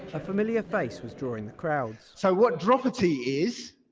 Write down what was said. a familiar face was drawing the crowds. so what dropity is,